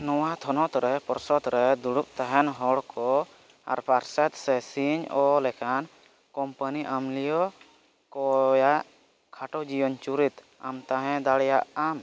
ᱱᱚᱣᱟ ᱛᱷᱚᱱᱚᱛᱨᱮ ᱯᱚᱨᱥᱚᱫᱽᱨᱮ ᱫᱩᱲᱩᱵ ᱛᱟᱦᱮᱱ ᱦᱚᱲᱠᱚ ᱟᱨ ᱯᱟᱨᱥᱮᱫ ᱥᱮ ᱥᱤ ᱳ ᱞᱮᱠᱟᱱ ᱠᱳᱢᱯᱟᱱᱤ ᱟᱹᱢᱟᱹᱞᱤᱭᱟᱹ ᱠᱚᱣᱟᱜ ᱠᱷᱟᱴᱚ ᱡᱤᱭᱚᱱ ᱪᱚᱨᱤᱛ ᱟᱢ ᱛᱟᱦᱮᱸ ᱫᱟᱲᱮᱭᱟᱜᱼᱟ